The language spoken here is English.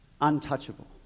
untouchable